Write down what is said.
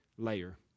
layer